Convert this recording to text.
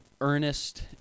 earnest